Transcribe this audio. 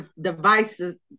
devices